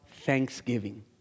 Thanksgiving